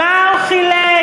מה הוא חילק?